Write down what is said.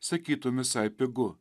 sakytum visai pigu